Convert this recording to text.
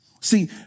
See